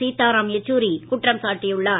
சீத்தாராம் யெச்சூரி குற்றம் சாட்டியுள்ளார்